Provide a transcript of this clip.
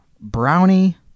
brownie